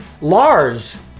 Lars